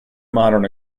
modern